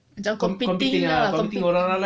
macam competing lah compe~